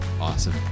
Awesome